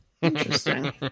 Interesting